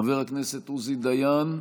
חבר הכנסת עוזי דיין,